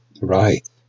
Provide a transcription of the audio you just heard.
Right